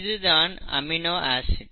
இது தான் amino acid